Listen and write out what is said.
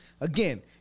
again